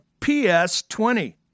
PS20